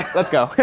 let's go.